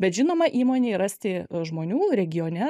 bet žinoma įmonei rasti žmonių regione